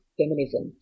feminism